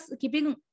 keeping